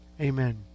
Amen